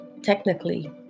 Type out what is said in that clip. technically